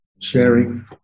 sharing